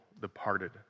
departed